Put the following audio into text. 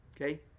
Okay